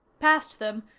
past them,